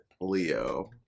Leo